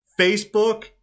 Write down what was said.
Facebook